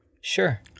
Sure